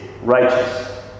righteous